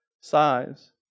size